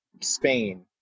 Spain